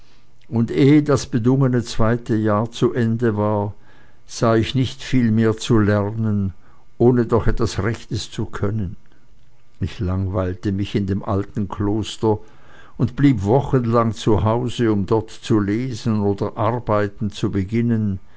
und ehe das zweite bedungene jahr zu ende war sah ich nicht viel mehr zu lernen ohne doch etwas rechtes zu können ich langweilte mich in dem alten kloster und blieb wochenlang zu hause um dort zu lesen oder arbeiten zu beginnen